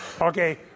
Okay